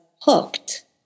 hooked